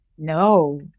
no